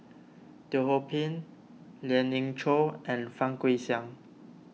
Teo Ho Pin Lien Ying Chow and Fang Guixiang